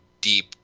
deep